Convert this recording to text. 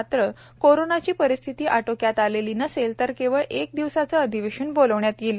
मात्र कोरोनाची परिस्थिती आटोक्यात आलेली नसेल तर केवळ एक दिवसाचे अधिवेशन बोलावण्यात येईल